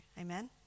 Amen